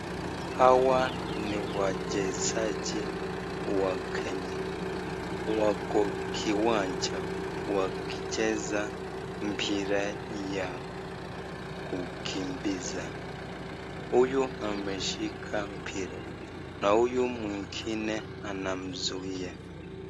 Hawa ni wachezaji wa Kenya. Wako kiwanja wakicheza mpira ya kukimbiza. Huyu ameshika mpira na huyu mwengine anamzuia.